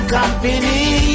Company